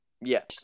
Yes